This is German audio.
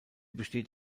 besteht